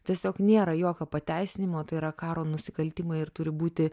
tiesiog nėra jokio pateisinimo tai yra karo nusikaltimai ir turi būti